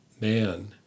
Man